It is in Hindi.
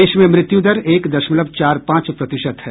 देश में मृत्यु दर एक दशमलव चार पांच प्रतिशत है